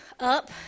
up